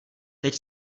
teď